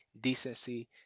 decency